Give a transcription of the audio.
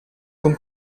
con